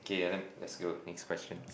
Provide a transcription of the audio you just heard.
okay let's go next question